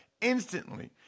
instantly